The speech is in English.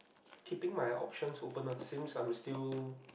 keeping my options open ah since I'm still